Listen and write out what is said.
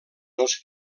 els